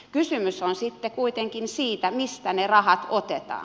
kysymys on sitten kuitenkin siitä mistä ne rahat otetaan